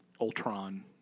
Ultron